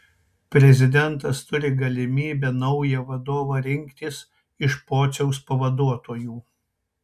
prezidentas turi galimybę naują vadovą rinktis iš pociaus pavaduotojų